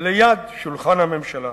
ליד שולחן הממשלה.